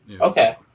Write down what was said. okay